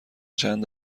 چند